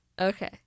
Okay